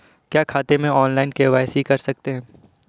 क्या खाते में ऑनलाइन के.वाई.सी कर सकते हैं?